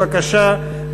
בבקשה,